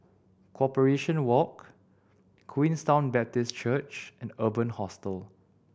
Corporation Walk Queenstown Baptist Church and Urban Hostel